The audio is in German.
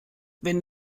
wenn